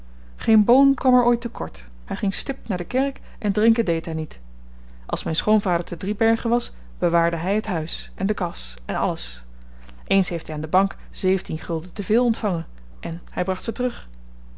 geen boon kwam er ooit te kort hy ging stipt naar de kerk en drinken deed hy niet als myn schoonvader te driebergen was bewaarde hy het huis en de kas en alles eens heeft hy aan de bank zeventien gulden te veel ontvangen en hy bracht ze terug